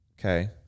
okay